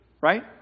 right